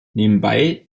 nebenbei